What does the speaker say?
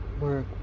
work